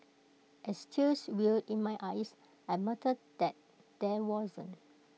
as tears welled in my eyes I muttered that there wasn't